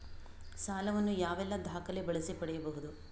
ಸಾಲ ವನ್ನು ಯಾವೆಲ್ಲ ದಾಖಲೆ ಬಳಸಿ ಪಡೆಯಬಹುದು?